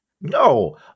No